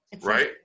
Right